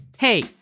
Hey